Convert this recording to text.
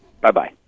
Bye-bye